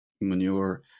manure